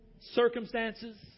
circumstances